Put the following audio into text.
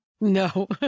No